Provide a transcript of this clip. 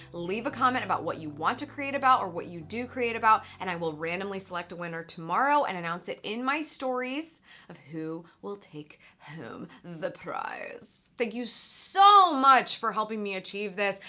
leave a comment about what you want to create about or what you do create about, and i will randomly select a winner tomorrow and announce it in my stories of who will take home the prize. thank you so much for helping me achieve this.